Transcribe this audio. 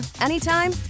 anytime